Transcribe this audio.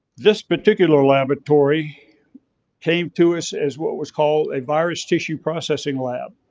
this particular laboratory came to us as what was called a virus tissue processing lab.